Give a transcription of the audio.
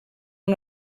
amb